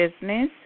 business